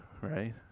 right